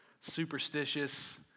superstitious